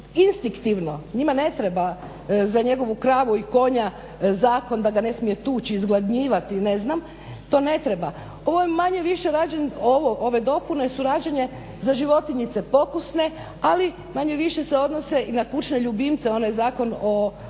instinktivno, njima ne treba za njegovu kravu i konja zakon da ga ne smije tući, izgladnjivati i ne znam, to ne treba. Ovo je manje-više rađen, ove dopune su rađene za životinjice pokusne, ali manje-više se odnose i na kućne ljubimce, onaj Zakon o